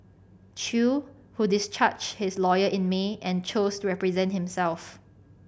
Chew who discharged his lawyer in May and chose to represent himself